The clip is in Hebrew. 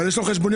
יש לו חשבוניות.